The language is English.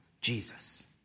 Jesus